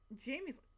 Jamie's